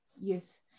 youth